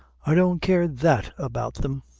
i don't care that about them.